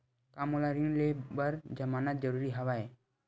का मोला ऋण ले बर जमानत जरूरी हवय?